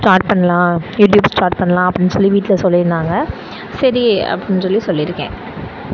start பண்ணலாம் YouTube start பண்ணலாம் அப்படின்னு சொல்லி வீட்டில் சொல்லியிருந்தாங்க சரி அப்படின்னு சொல்லி சொல்லியிருக்கேன்